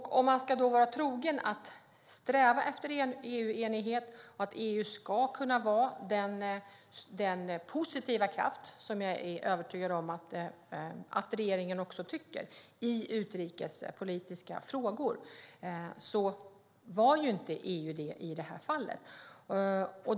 Om man ska vara trogen strävan efter EU-enighet och EU ska kunna vara en positiv kraft i utrikespolitiska frågor, vilket jag är övertygad om att även regeringen anser, så var ju EU inte enigt i det här fallet.